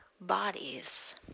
Bodies